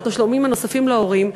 על התשלומים הנוספים להורים.